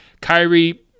Kyrie